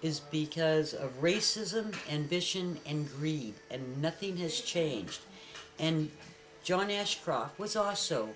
is because of racism envisioned and read and nothing has changed and john ashcroft was a